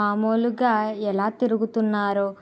మామూలుగా ఎలా తిరుగుతున్నారో